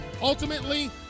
Ultimately